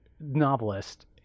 novelist